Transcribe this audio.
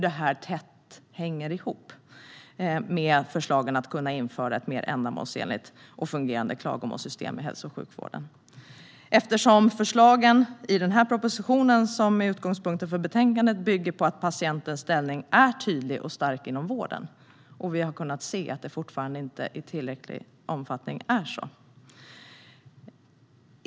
Detta hänger tätt ihop med förslagen om att införa ett mer ändamålsenligt och fungerande klagomålssystem i hälso och sjukvården, eftersom förslagen i den proposition som är utgångspunkten för betänkandet bygger på att patientens ställning är tydlig och stark inom vården och vi har kunnat se att det fortfarande inte i tillräcklig omfattning är så.